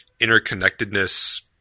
interconnectedness